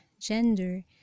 gender